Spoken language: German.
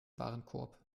warenkorb